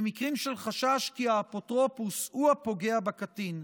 במקרים של חשש כי האפוטרופוס הוא הפוגע בקטין,